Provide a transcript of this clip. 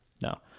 no